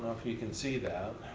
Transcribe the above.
ah if you can see that,